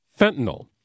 fentanyl